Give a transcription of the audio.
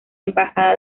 embajada